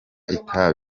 itabi